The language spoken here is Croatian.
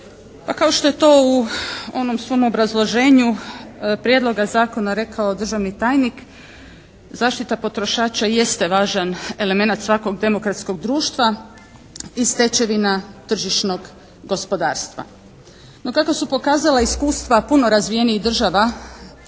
Pa kao što je to u onom svom obrazloženju prijedloga zakona rekao državni tajnik zaštita potrošača jeste važan elemenat svakog demokratskog društva i stečevina tržišnog gospodarstva. No, kako su pokazala iskustva puno razvijenijih država